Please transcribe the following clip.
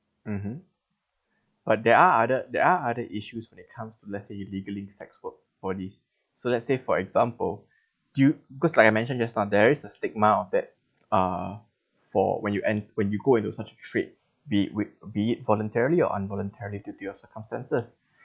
mmhmm but there are other there are other issues when it comes let's say you legally sex work for this so let's say for example due because like I mentioned just now there is a stigma of that uh for when you ent~ when you go into such trade be with be it voluntary or involuntary due to your circumstances